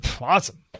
awesome